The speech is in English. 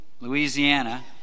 Louisiana